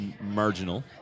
marginal